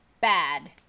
bad